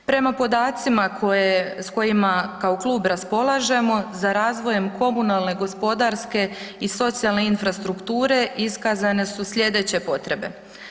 Prema podacima s kojima kao klub raspolažemo, za razvojem komunalne gospodarske i socijalne infrastrukture, iskazane su slijedeće potrebe.